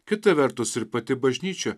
kita vertus ir pati bažnyčia